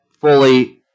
fully